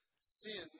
Sin